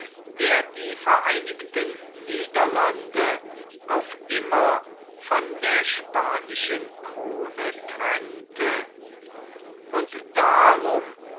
der die vereinigten niederlande auf immer von der spanischen krone trennte und darum